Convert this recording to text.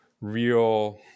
real